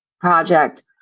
project